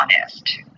honest